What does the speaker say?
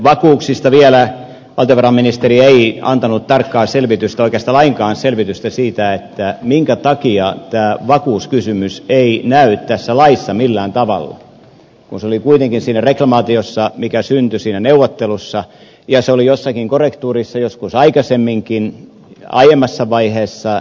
vakuuksista vielä valtiovarainministeri ei antanut tarkkaa selvitystä oikeastaan lainkaan selvitystä siitä minkä takia tämä vakuuskysymys ei näy tässä laissa millään tavalla kun se oli kuitenkin siinä reklamaatiossa mikä syntyi siinä neuvottelussa ja se oli jossakin korrehtuurissa joskus aikaisemminkin aiemmassa vaiheessa